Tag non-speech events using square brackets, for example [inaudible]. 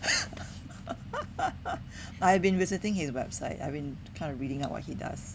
[laughs] I've been visiting his website I've been kind of reading up what he does